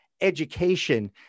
education